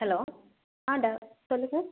hello ஆ டா சொல்லுங்கள்